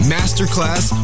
Masterclass